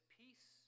peace